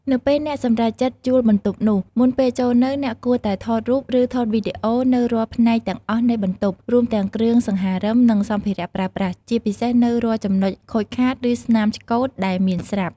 នៅពេលអ្នកសម្រេចចិត្តជួលបន្ទប់នោះ មុនពេលចូលនៅ អ្នកគួរតែថតរូប ឬថតវីដេអូនូវរាល់ផ្នែកទាំងអស់នៃបន្ទប់ រួមទាំងគ្រឿងសង្ហារឹម និងសម្ភារៈប្រើប្រាស់ ជាពិសេសនូវរាល់ចំណុចខូចខាត ឬស្នាមឆ្កូតដែលមានស្រាប់។